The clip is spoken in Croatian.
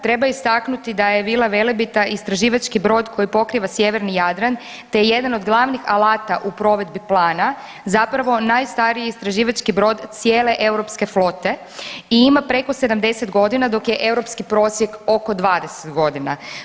Treba istaknuti da je Vila Velebita istraživački brod koji pokriva Sjeverni Jadran te je jedan od glavnih alata u provedbi plana zapravo najstariji istraživački brod cijele europske flote i ima preko 70 godina dok je europski prosjek oko 20 godina.